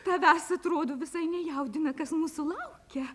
tavęs atrodo visai nejaudina kas mūsų laukia